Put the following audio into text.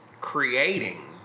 creating